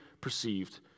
perceived